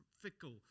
fickle